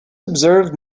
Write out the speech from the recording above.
observe